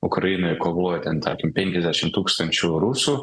ukrainoj kovoja ten tarkim penkiasdešimt tūkstančių rusų